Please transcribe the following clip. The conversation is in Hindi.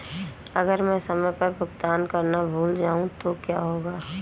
अगर मैं समय पर भुगतान करना भूल जाऊं तो क्या होगा?